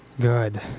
Good